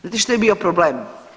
Znate što je bio problem?